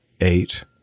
eight